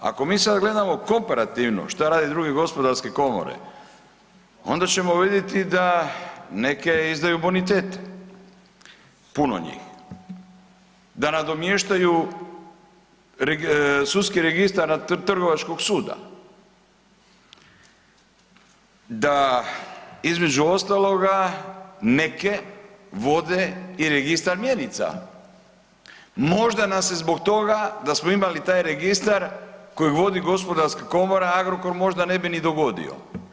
Ako mi sad gledamo komparativno šta rade druge gospodarske komore onda ćemo vidjeti da neke izdaju bonitete, puno njih, da nadomještaju sudski registar trgovačkog suda, da između ostaloga neke vode i registar mjenica, možda nam se zbog toga da smo imali taj registra koji vodi gospodarska komora Agrokor možda ne bi ni dogodio.